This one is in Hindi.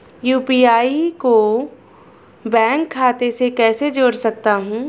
मैं यू.पी.आई को बैंक खाते से कैसे जोड़ सकता हूँ?